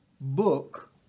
book